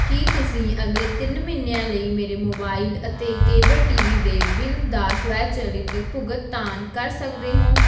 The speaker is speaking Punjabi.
ਕੀ ਤੁਸੀਂਂ ਅਗਲੇ ਤਿੰਨ ਮਹੀਨਿਆਂ ਲਈ ਮੇਰੇ ਮੋਬਾਈਲ ਅਤੇ ਕੇਬਲ ਟੀ ਵੀ ਦੇ ਬਿੱਲ ਦਾ ਸਵੈਚਲਿਤ ਭੁਗਤਾਨ ਕਰ ਸਕਦੇ ਹੋਂ